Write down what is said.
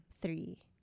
three